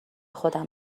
خودم